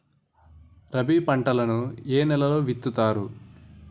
రబీ పంటలను ఏ నెలలో విత్తుతారు?